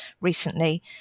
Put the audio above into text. recently